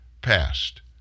passed